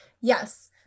Yes